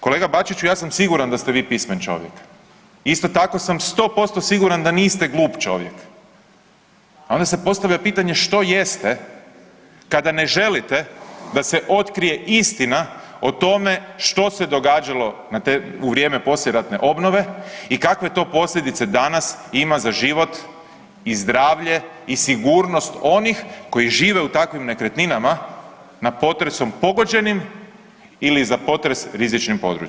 Kolega Bačiću, ja sam siguran da ste vi pismen čovjek, isto tako sam 100% siguran da glup čovjek, a onda se postavlja pitanje što jeste kada ne želite da se otkrije istina o tome što se događalo u vrijeme poslijeratne obnove i kakve to posljedice danas ima za život i zdravlje i sigurnost onih koji žive u takvim nekretninama na potresom pogođenim ili za potres rizičnim područjima.